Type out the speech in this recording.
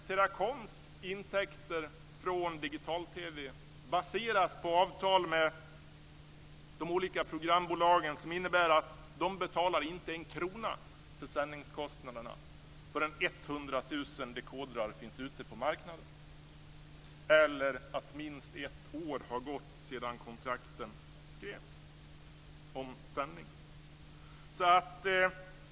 Teracoms intäkter från digital-TV baseras på avtal med de olika programbolagen, som innebär att de inte betalar en krona för sändningskostnaderna förrän 100 000 dekodrar finns ute på marknaden eller att minst ett år har gått sedan kontrakten slöts.